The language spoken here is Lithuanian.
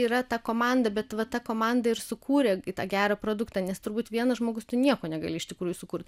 yra ta komanda bet va ta komanda ir sukūrė tą gerą produktą nes turbūt vienas žmogus tu nieko negali iš tikrųjų sukurt